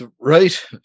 Right